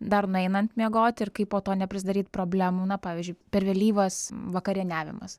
dar nueinant miegoti ir kaip po to neprizdaryt problemų na pavyzdžiui per vėlyvas vakarieniavimas